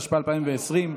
התשפ"א 2020,